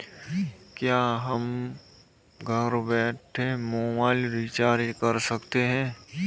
क्या हम घर बैठे मोबाइल रिचार्ज कर सकते हैं?